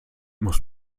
musst